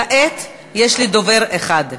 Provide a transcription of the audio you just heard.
כעת יש לי דובר אחד.